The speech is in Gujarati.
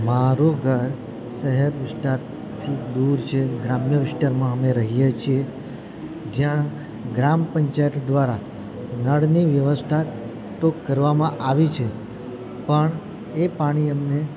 મારું ઘર શહેર વિસ્તારથી દૂર છે ગ્રામ્ય વિસ્તારમાં અમે રહીએ છીએ જ્યાં ગ્રામ પંચાયત દ્વારા નળની વ્યવસ્થા તો કરવામાં આવી છે પણ એ પાણી અમને